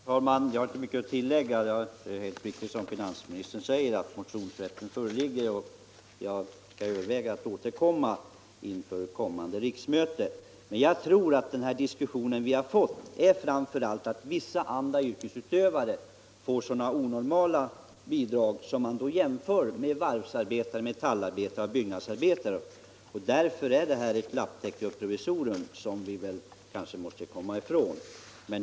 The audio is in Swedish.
Fru talman! Jag har inte mycket att tillägga. Det är helt riktigt som finansministern säger att motionsrätt föreligger. Jag skall överväga att återkomma vid nästa riksmöte. Men jag tror att den här diskussionen som vi har fått visar framför allt att vissa andra yrkesutövare får sådana onormala bidrag om man jämför med varvsarbetare, metallarbetare och byggnadsarbetare. Därför är detta ett lapptäcke och ett provisorium, som vi kanske måste komma ifrån.